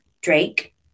Drake